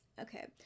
okay